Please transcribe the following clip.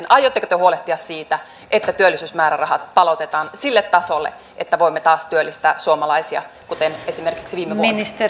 aiotteko te huolehtia siitä että työllisyysmäärärahat palautetaan sille tasolle että voimme taas työllistää suomalaisia kuten esimerkiksi viime vuonna